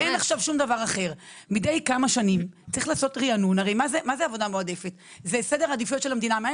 פרופסור ציון חגי כיו"ר הסתדרות רפואית היה רוצה שתצא הנחייה מסודרת